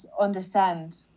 understand